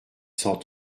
cent